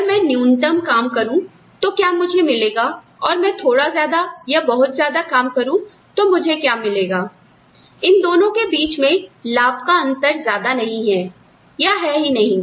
अगर मैं न्यूनतम काम करूँ तो मुझे क्या मिलेगा और अगर मैं थोड़ा ज्यादा या बहुत ज्यादा काम करूँ तो मुझे क्या मिलेगा इन दोनों के बीच में लाभ का अंतर ज्यादा नहीं है या है ही नहीं